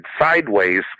sideways